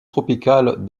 tropicales